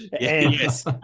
Yes